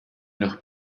noch